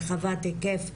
רחבת היקף,